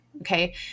okay